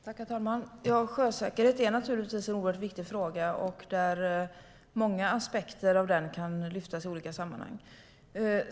Herr talman! Sjösäkerhet är naturligtvis en oerhört viktig fråga. Många aspekter av säkerheten kan lyftas fram i olika sammanhang.